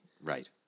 Right